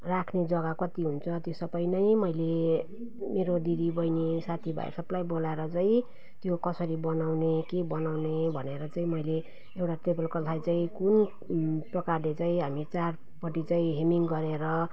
राख्ने जग्गा कति हुन्छ त्यो सबै नै मैले मेरो दिदीबैनी साथीभाइ सबलाई बोलाएर चाहिँ त्यो कसरी बनाउने के बनाउने भनेर चाहिँ मैले एउटा टेबलकोल्थलाई चाहिँ कुन प्रकारले चाहिँ हामी चारपट्टि चाहिँ हेमिङ गरेर